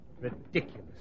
Ridiculous